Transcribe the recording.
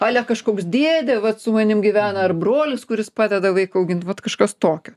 ale kažkoks dėdė vat su manim gyvena ar brolis kuris padeda vaiką augint vat kažkas tokio